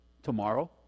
tomorrow